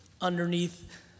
underneath